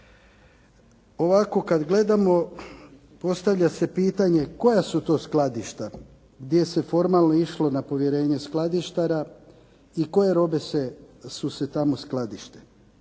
Ovako kada gledamo postavlja se pitanje koja su to skladišta gdje se formalno išlo na povjerenje skladištara i koje robe se tamo skladište,